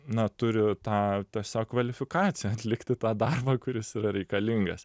na turi tą tiesiog kvalifikaciją atlikti tą darbą kuris yra reikalingas